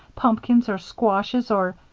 pumpkins or squashes or